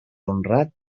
honrat